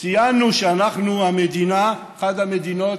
ציינו שאנחנו אחת המדינות